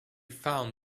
found